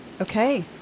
okay